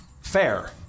fair